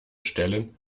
stellen